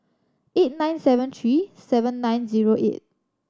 eight nine seven three seven nine zero eight